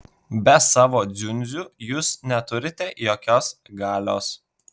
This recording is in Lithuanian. be savo dziundzių jūs neturite jokios galios